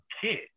kid